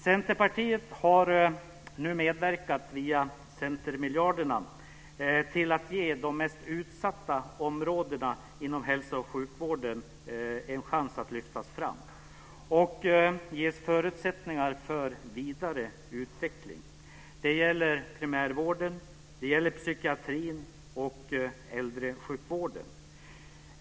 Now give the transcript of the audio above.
Centerpartiet har nu medverkat via centermiljarderna till att ge de mest utsatta områdena inom hälsooch sjukvården en chans att lyftas fram och att få förutsättningar för vidare utveckling. Det gäller primärvården, psykiatrin och äldresjukvården.